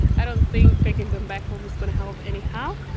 i don't think taking them back home is going to help anyhow.